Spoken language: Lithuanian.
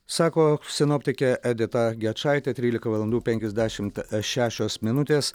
sako sinoptikė edita gečaitė trylika valandų penkiasdešimt šešios minutės